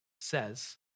says